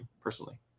personally